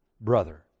brother